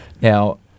Now